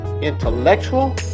intellectual